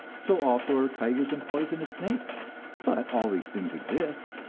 so also are tigers and poisonous snakes but all these things exist,